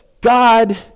God